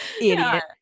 idiot